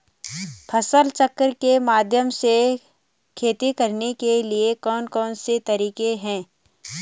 फसल चक्र के माध्यम से खेती करने के लिए कौन कौन से तरीके हैं?